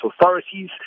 authorities